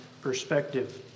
perspective